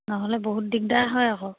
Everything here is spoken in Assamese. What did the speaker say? নহ'লে বহুত দিগদাৰ হয় আকৌ